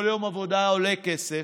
כל יום עבודה עולה כסף.